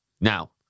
Now